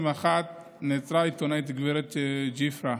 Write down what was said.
ביוני 2021 נעצרה העיתונאית הגב' ג'יפרה,